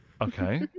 Okay